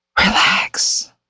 Relax